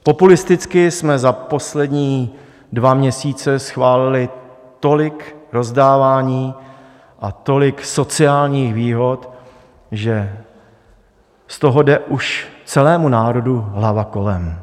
Populisticky jsme za poslední dva měsíce schválili tolik rozdávání a tolik sociálních výhod, že z toho jde už celému národu hlava kolem.